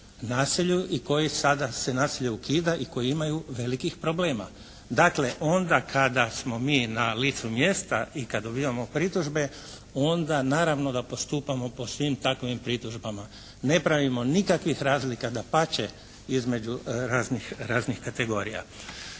naselju i koji sada se naselje ukida i koji imaju velikih problema. Dakle onda kada smo mi na licu mjesta i kad dobivamo pritužbe onda naravno da postupamo po svim takovim pritužbama. Ne pravimo nikakvih razlika, dapače između raznih kategorija.